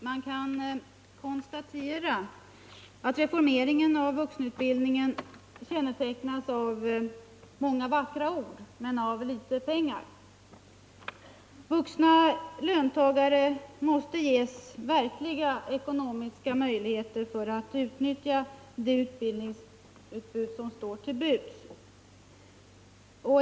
Herr talman! Man kan konstatera att reformeringen av vuxenutbildningen kännetecknas av många vackra ord men av litet pengar. Vuxna löntagare måste ges verkliga ekonomiska möjligheter att utnyttja det utbildningsutbud som finns tillgängligt.